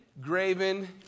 graven